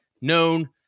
known